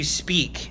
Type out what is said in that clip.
speak